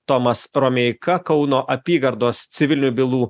tomas romeika kauno apygardos civilinių bylų